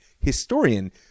historian